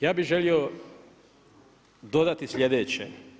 Ja bih želio dodati sljedeće.